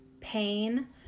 pain